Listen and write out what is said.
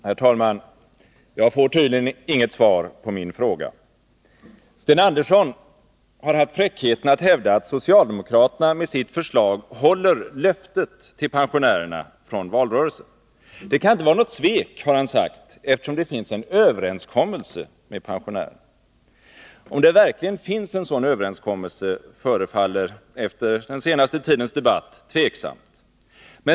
Herr talman! Jag får tydligen inget svar på min fråga. Sten Andersson har haft fräckheten att hävda att socialdemokraterna med sitt förslag håller löftet till pensionärerna från valrörelsen. Det kan inte vara något svek, har han sagt, eftersom det finns en överenskommelse med pensionärerna. Men om det verkligen finns en sådan överenskommelse förefaller — efter den senaste tidens debatt — tveksamt.